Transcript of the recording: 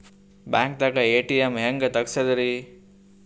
ಬ್ಯಾಂಕ್ದಾಗ ಎ.ಟಿ.ಎಂ ಹೆಂಗ್ ತಗಸದ್ರಿ?